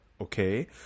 Okay